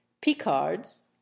Picards